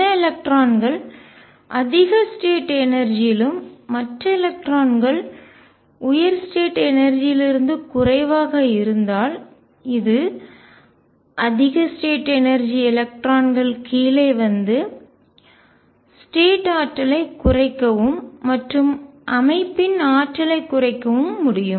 சில எலக்ட்ரான்கள் அதிக ஸ்டேட் எனர்ஜி லும்ஆற்றல் மற்ற எலக்ட்ரான்கள் உயர் ஸ்டேட் எனர்ஜி லிருந்து குறைவாக இருந்தால் இது அதிக ஸ்டேட் எனர்ஜி எலக்ட்ரான்கள் கீழே வந்து ஸ்டேட் நிலை ஆற்றலைக் குறைக்கவும் மற்றும் அமைப்பின் ஆற்றலைக் குறைக்கவும் முடியும்